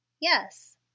yes